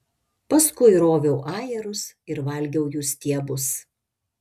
paskui roviau ajerus ir valgiau jų stiebus